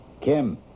Kim